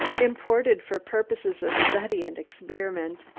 imported for purposes of study and experiment.